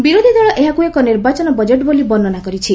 ବିରୋଧୀ ଦଳ ଏହାକୁ ଏକ ନିର୍ବାଚନ ବଜେଟ୍ ବୋଲି ବର୍ଣ୍ଣନା କରିଛି